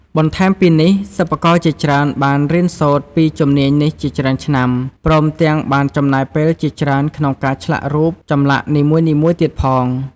បន្ថែមពីនេះ សិប្បករជាច្រើនបានរៀនសូត្រពីជំនាញនេះជាច្រើនឆ្នាំ ព្រមទាំងបានចំណាយពេលជាច្រើនក្នុងការឆ្លាក់រូបចម្លាក់នីមួយៗទៀតផង។